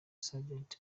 sergeant